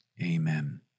Amen